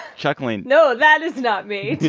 chuckling no, that is not me.